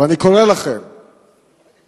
ואני קורא לכם ככאלה,